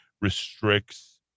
restricts